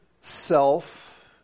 self